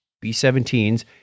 B-17s